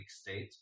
state